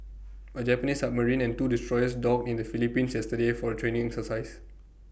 A Japanese submarine and two destroyers docked in the Philippines yesterday for A training exercise